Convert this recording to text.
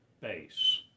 base